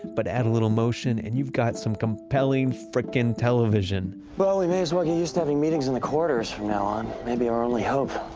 but add a little motion and you've got some compelling frickin' television! well, we may as well get used to having meetings in the quarters from now on. it may be our only hope.